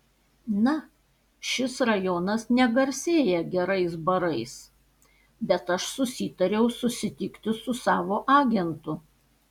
na šis rajonas negarsėja gerais barais bet aš susitariau susitikti su savo agentu